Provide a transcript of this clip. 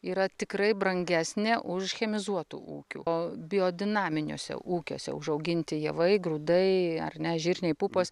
yra tikrai brangesnė už chemizuotų ūkių o biodinaminiuose ūkiuose užauginti javai grūdai ar ne žirniai pupos